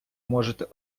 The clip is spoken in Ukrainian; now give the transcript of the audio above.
можете